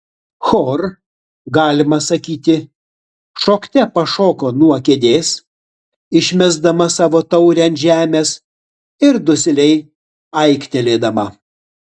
hor galima sakyti šokte pašoko nuo kėdės išmesdama savo taurę ant žemės ir dusliai aiktelėdama